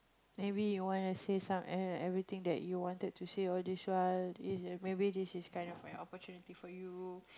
maybe you wanna say some every everything that you wanted to say all this while is maybe this is kind of an opportunity for you